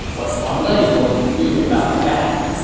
what's wang lei going to do about that?